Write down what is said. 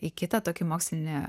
į kitą tokį mokslinį